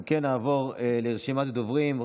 אם כן, נעבור לרשימת הדוברים.